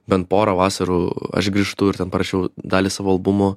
bent porą vasarų aš grįžtu ir ten parašiau dalį savo albumo